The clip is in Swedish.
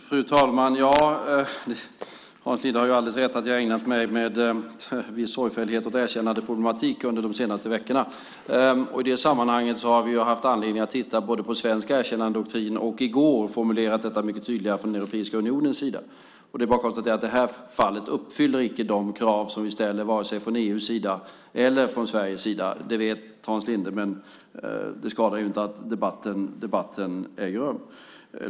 Fru talman! Hans Linde har rätt i att jag med viss sorgfällighet har ägnat mig åt erkännandeproblematik under de senaste veckorna. I detta sammanhang har vi haft anledning att titta på svensk erkännandedoktrin, och i går formulerade vi detta mycket tydligare från Europeiska unionens sida. Det är bara att konstatera att detta fall varken uppfyller de krav vi ställer från EU:s eller från Sveriges sida. Det vet Hans Linde, men det skadar inte att debatten äger rum.